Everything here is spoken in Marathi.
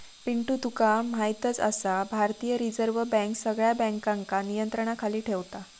पिंटू तुका म्हायतच आसा, भारतीय रिझर्व बँक सगळ्या बँकांका नियंत्रणाखाली ठेवता